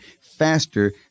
faster